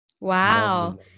Wow